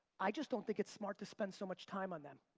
i just don't think it's smart to spend so much time on them.